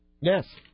Yes